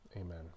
amen